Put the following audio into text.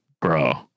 bro